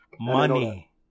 money